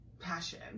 passion